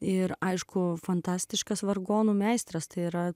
ir aišku fantastiškas vargonų meistras tai yra